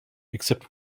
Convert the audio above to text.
except